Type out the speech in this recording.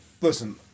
listen